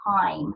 time